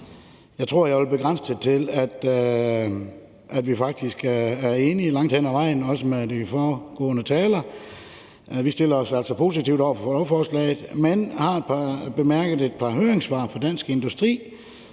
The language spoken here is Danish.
Jeg tror, jeg vil begrænse mig til at sige, at vi faktisk er enige langt hen ad vejen – også med de foregående talere. Vi stiller os altså positivt til lovforslaget, men har bemærket et høringssvar fra DI Transport,